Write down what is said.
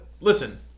listen